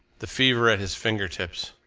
the fever at his finger tips.